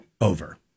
over